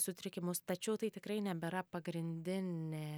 sutrikimus tačiau tai tikrai nebėra pagrindinė